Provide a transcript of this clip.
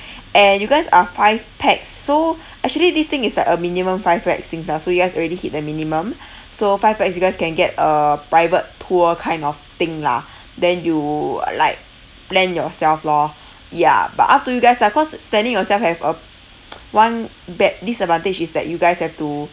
and you guys are five pax so actually this thing is like a minimum five pax things lah so you guys already hit the minimum so five pax you guys can get a private tour kind of thing lah then you like plan yourself lor ya but up to you guys lah cause planning yourself have a one bad disadvantage is that you guys have to